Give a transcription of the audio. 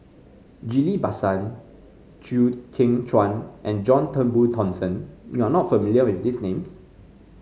Ghillie Basan Chew Kheng Chuan and John Turnbull Thomson you are not familiar with these names